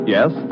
Yes